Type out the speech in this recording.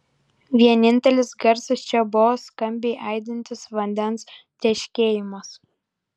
vienintelis garsas čia buvo skambiai aidintis vandens teškėjimas